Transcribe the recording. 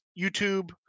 YouTube